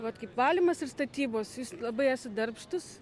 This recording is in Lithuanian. vat kaip valymas ir statybos jūs labai esat darbštūs